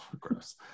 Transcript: Gross